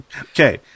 Okay